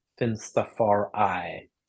Finstafari